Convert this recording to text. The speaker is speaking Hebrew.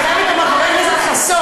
אני חייבת לומר: חבר הכנסת חסון,